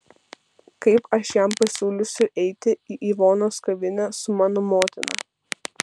kaip aš jam pasiūlysiu eiti į ivonos kavinę su mano motina